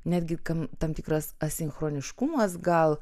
netgi kam tam tikras asinchroniškumas gal